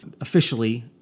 officially